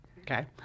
Okay